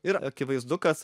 ir akivaizdu kad